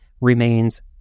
remains